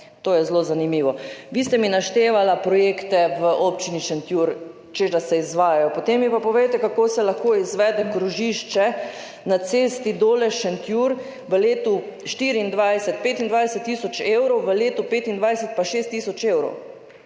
to je zelo zanimivo. Vi ste mi naštevali projekte v občini Šentjur, češ da se izvajajo, potem mi pa povejte, kako se lahko izvede krožišče na cesti Dole–Šentjur v letu 2024 25 tisoč evrov v letu 2025 pa 6 tisoč evrov?